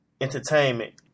Entertainment